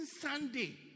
Sunday